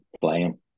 playing